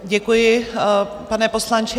Děkuji, pane poslanče.